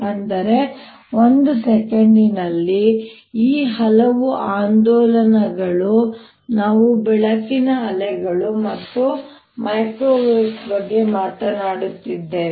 ಅಂದರೆ ಒಂದು ಸೆಕೆಂಡಿನಲ್ಲಿ ಈ ಹಲವು ಆಂದೋಲನಗಳು ನಾವು ಬೆಳಕಿನ ಅಲೆಗಳು ಅಥವಾ ಮೈಕ್ರೋವೇವ್ಗಳ ಬಗ್ಗೆ ಮಾತನಾಡುತ್ತಿದ್ದೇವೆ